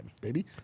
baby